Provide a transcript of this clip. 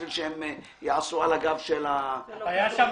בשביל שהם יעשו על הגב של --- זה קשור לאוצר,